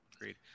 Agreed